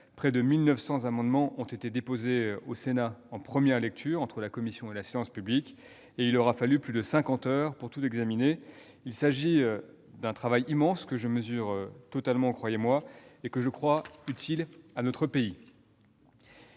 Près de 1 900 amendements ont été déposés au Sénat en première lecture, entre les travaux de la commission et la séance publique, et il aura fallu plus de 50 heures pour tout examiner. Il s'agit d'un travail immense, dont je prends la pleine mesure et que je crois utile à notre pays.